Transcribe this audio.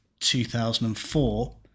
2004